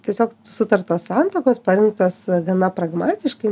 tiesiog sutartos santuokos parinktos gana pragmatiškai